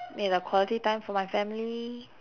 need the quality time for my family